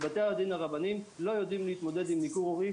בתי הדין הרבניים לא יודעים להתמודד עם ניכור הורי,